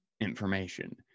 information